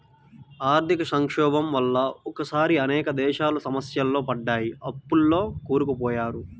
ఆర్థిక సంక్షోభం వల్ల ఒకేసారి అనేక దేశాలు సమస్యల్లో పడ్డాయి, అప్పుల్లో కూరుకుపోయారు